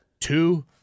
two